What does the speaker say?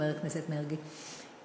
חבר הכנסת מרגי,